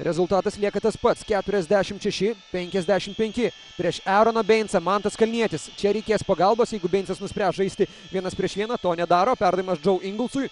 rezultatas lieka tas pats keturiasdešim šeši penkiasdešim penki prieš eroną beincą mantas kalnietis čia reikės pagalbos jeigu beincas nuspręs žaisti vienas prieš vieną to nedaro perdavimas džou ingelsui